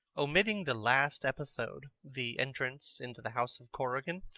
omitting the last episode, the entrance into the house of corrigan,